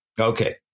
Okay